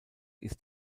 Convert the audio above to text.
ist